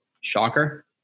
Shocker